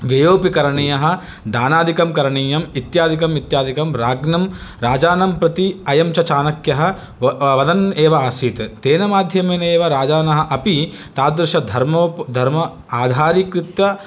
व्ययोऽपि करणीयः दानादिकं करणीयम् इत्यादिकम् इत्यादिकं राज्ञं राजानं प्रति अयं च चाणक्यः वदन् एव आसीत् तेन माध्यमेन एव राजानः अपि तादृशधर्मोप धर्म आधारीकृत्य